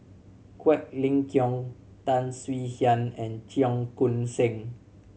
Quek Ling Kiong Tan Swie Hian and Cheong Koon Seng